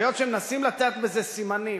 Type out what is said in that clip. היות שמנסים לתת בזה סימנים,